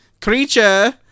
creature